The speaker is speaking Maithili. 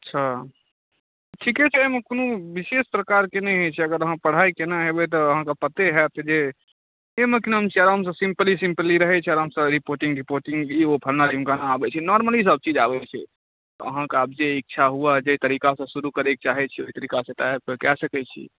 अच्छा ठीके छै एहिमे कोनो विशेष प्रकारके नहि होइ अछि अगर अहाँ पढ़ाइ केने हेबै तऽ अहाँके पते हैत जे एहिमे की नाम छै आरामसँ सिम्पली सिम्पली रहै छै आरामसँ रिपोर्टिङ्ग तिपोर्टिङ्ग ई ओ फलाँना ढिमकाना आबे छै नारमली सब चीज आबै छै अहाँके आब जे इच्छा हुअए जे तरीकासँ शुरू करैके चाहै छी ओहि तरीकासँ एतऽ आबिके कऽ सकै छी